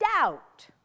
doubt